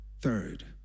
Third